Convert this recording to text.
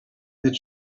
that